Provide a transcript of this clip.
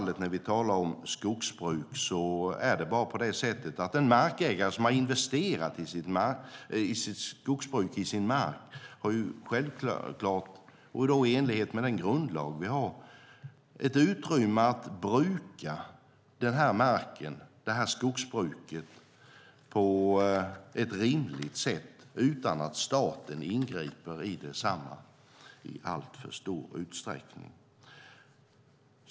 En markägare som har investerat i sitt skogsbruk på sin mark har självklart och i enlighet med grundlagen ett utrymme att bruka marken och skogen på ett rimligt sätt utan att staten ingriper i alltför stor utsträckning.